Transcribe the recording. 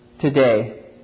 today